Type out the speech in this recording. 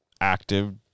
active